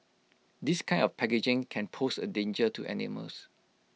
this kind of packaging can pose A danger to animals